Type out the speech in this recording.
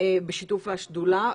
בשיתוף השדולה בכנסת,